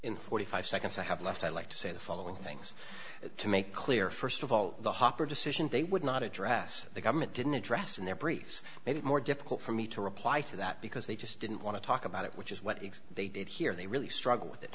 in forty five seconds i have left i'd like to say the following things to make clear st of all the hopper decision they would not address the government didn't address in their briefs made it more difficult for me to reply to that because they just didn't want to talk about it which is what it's they did here they really struggle with